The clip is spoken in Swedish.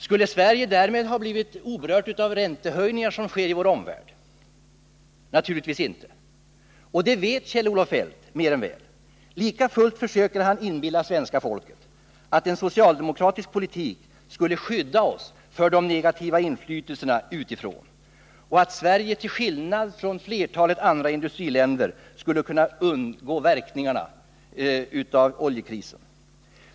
Skulle Sverige ha blivit oberört av räntehöjningar som sker i vår omvärld? Naturligtvis inte, och det vet Kjell-Olof Feldt mer än väl. Likafullt försöker han inbilla svenska folket att en socialdemokratisk politik skulle skydda oss för de negativa inflytelserna utifrån och att Sverige till skillnad från flertalet andra industriländer skulle kunna undgå verkningarna av oljekrisen.